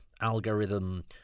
algorithm